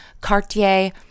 Cartier